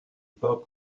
pas